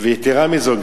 יתירה מזו,